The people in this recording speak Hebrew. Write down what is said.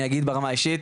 אני אגיד ברמה האישית,